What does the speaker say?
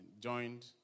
joined